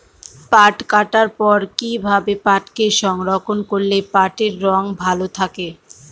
পাট কাটার পর কি ভাবে পাটকে সংরক্ষন করলে পাটের রং ভালো থাকে?